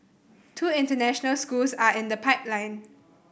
two international schools are in the pipeline